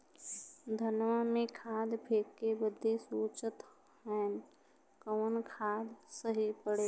धनवा में खाद फेंके बदे सोचत हैन कवन खाद सही पड़े?